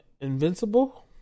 Invincible